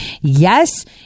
yes